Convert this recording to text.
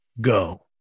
go